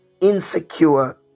insecure